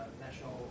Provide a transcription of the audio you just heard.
National